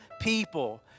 people